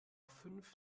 fünf